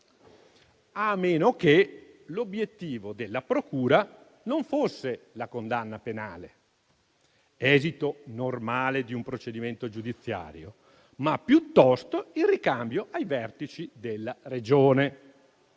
A meno che l'obiettivo della procura non fosse la condanna penale, esito normale di un procedimento giudiziario, ma piuttosto il ricambio ai vertici della Regione.